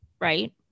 right